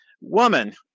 woman